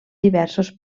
diversos